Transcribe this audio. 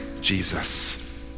Jesus